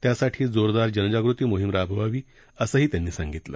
त्यासाठी जोरदार जनजागृती मोहीम राबवावी असंही त्यांनी सांगितलं